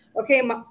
Okay